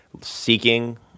seeking